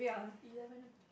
eleven O clo~